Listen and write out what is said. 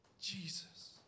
Jesus